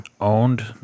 owned